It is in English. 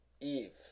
Eve